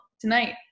tonight